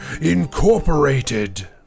incorporated